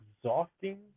exhausting